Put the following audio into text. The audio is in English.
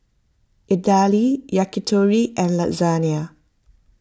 Idili Yakitori and Lasagne